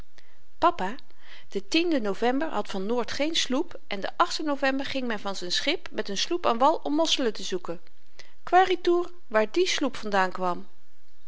de november had van noort geen sloep en de ave ging men van z'n schip met n sloep aan wal om mosselen te zoeken quaeritur waar die sloep vandaan kwam